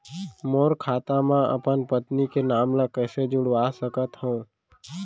मोर खाता म अपन पत्नी के नाम ल कैसे जुड़वा सकत हो?